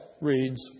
reads